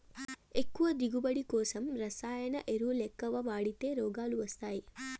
ఎక్కువ దిగువబడి కోసం రసాయన ఎరువులెక్కవ వాడితే రోగాలు వస్తయ్యి